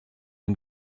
ihm